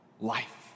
Life